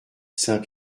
saint